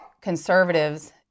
conservatives